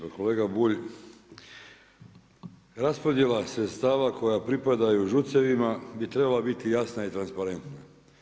Pa kolega Bulj, raspodjela sredstava koja pripadaju ŽUC-evima bi trebala biti jasna i transparentna.